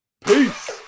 peace